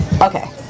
Okay